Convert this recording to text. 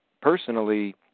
personally